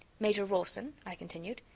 major rawson, i continued.